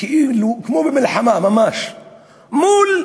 כאילו במלחמה ממש מול אוכלוסייה,